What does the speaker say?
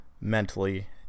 mentally